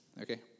okay